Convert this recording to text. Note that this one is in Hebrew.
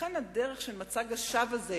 לכן הדרך של מצג השווא הזה,